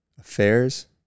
affairs